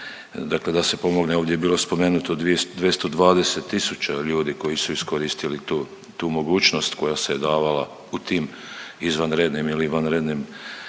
da se pomogne. Ovdje je bilo spomenuto 220 tisuća ljudi koji su iskoristili tu mogućnost koja se je davala u tim izvanrednim ili vanrednim